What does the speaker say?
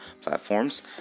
platforms